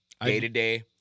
Day-to-day